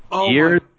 years